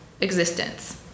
existence